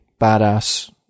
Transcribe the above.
badass